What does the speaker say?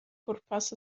pwrpas